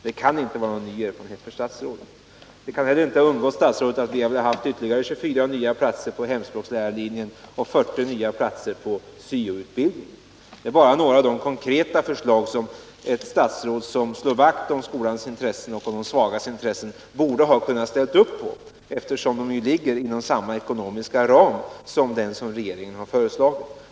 Det kan inte vara någon ny erfarenhet för statsrådet. Det kan heller inte ha undgått statsrådet att vi hade velat ha ytterligare 24 nya platser på hemspråkslärarlinjen och 40 nya platser på SYO-utbildning. Det är bara några av de konkreta förslag som ett statsråd som slår vakt om skolans intressen och om de svagas intressen borde ha kunnat ställa upp på — dessutom ligger de ju inom samma ekonomiska ram som regeringens förslag.